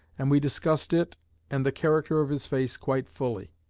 and we discussed it and the character of his face quite fully.